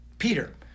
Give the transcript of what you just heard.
Peter